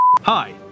Hi